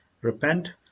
repent